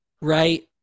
right